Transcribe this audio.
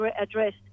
addressed